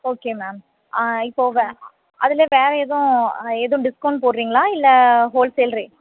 okay ma'am இப்போது வே அதில் வேறு எதுவும் எதுவும் டிஸ்கவுண்ட் போடுறிங்களா இல்லை ஹோல்சேல் ரே